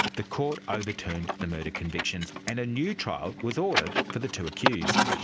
the court overturned the murder convictions and a new trial was ordered for the two accused.